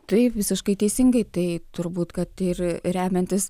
taip visiškai teisingai tai turbūt kad ir remiantis